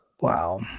Wow